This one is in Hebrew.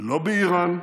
לא באיראן,